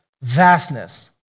Vastness